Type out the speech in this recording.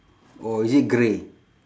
or is it grey